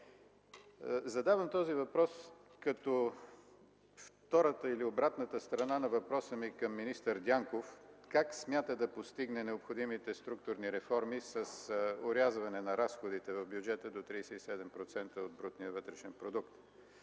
Задавам този въпрос като втората или обратната страна на въпроса ми към министър Дянков как смята да постигне необходимите структурни реформи с орязване на разходите в бюджета до 37% от брутния вътрешен продукт.